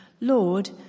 Lord